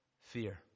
fear